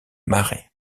mare